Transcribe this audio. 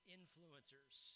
influencers